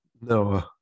no